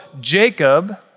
Jacob